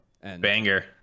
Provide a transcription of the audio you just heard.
banger